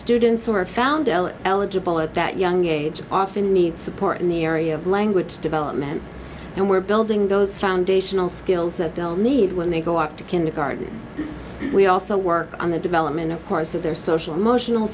students who are found eligible at that young age often need support in the area of language development and we're building those foundational skills that they'll need when they go out to kindergarten we also work on the development of course of their social emotional